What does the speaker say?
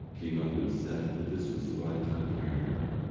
came up and said that this was the right time to marry her,